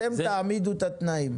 אתם תעמידו את התנאים.